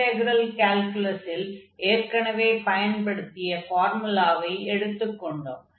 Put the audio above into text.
integral கால்குலஸில் எற்கெனவே பயன்படுத்திய ஃபார்முலாவை எடுத்துக் கொண்டோம்